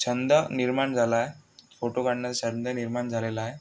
छंद निर्माण झाला आहे फोटो काढण्याचा छंद निर्माण झालेला आहे